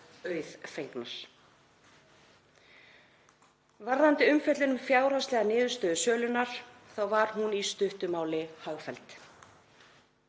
auðfengnar. Varðandi umfjöllun um fjárhagslega niðurstöðu sölunnar þá var hún í stuttu máli hagfelld.